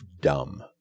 dumb